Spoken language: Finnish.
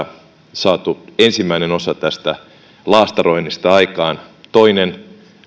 saatu ensimmäinen osa tästä laastaroinnista aikaan toinen